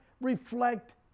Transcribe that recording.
reflect